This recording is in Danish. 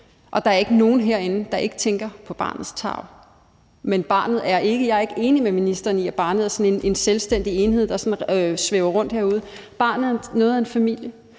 Og der er ikke nogen herinde, der ikke tænker på barnets tarv. Men jeg er ikke enig med ministeren i, at barnet er sådan en selvstændig enhed, der svæver rundt herude. Barnet er noget af en familie.